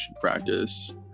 practice